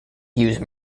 use